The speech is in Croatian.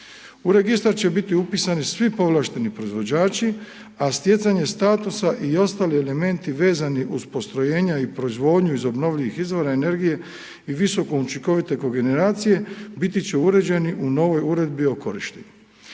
U registar će biti upisani svi povlašteni proizvođači a stjecanje statusa i ostali elementi vezani uz postrojenja i proizvodnju obnovljivih izvora energije o visoko učinkovite kogeneracije, biti će uređeni u novoj uredbi o korištenju.